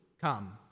come